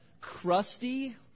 crusty